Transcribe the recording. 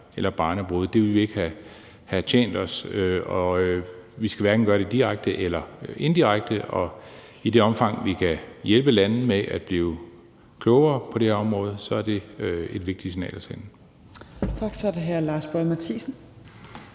eller barnebrude. Det ville ikke have tjent os, og vi skal hverken gøre det direkte eller indirekte, og i det omfang, vi kan hjælpe lande med at blive klogere på det her område, er det et vigtigt signal at sende.